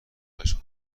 هشت